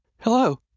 Hello